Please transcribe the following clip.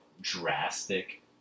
drastic